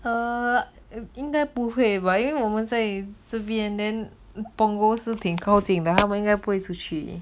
哦应该不会吧因为我们在这边 then punggol 是挺靠近的他们应该不会出去